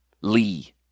Lee